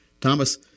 Thomas